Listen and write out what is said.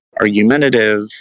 argumentative